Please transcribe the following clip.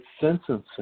sentencing